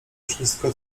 wszystko